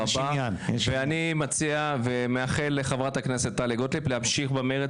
אני מציע ומאחל לחברת הכנסת גוטליב להמשיך במרץ